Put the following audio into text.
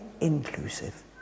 inclusive